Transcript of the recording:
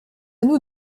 nous